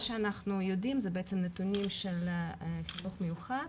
מה שאנחנו יודעים זה בעצם נתונים של החינוך המיוחד,